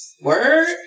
Word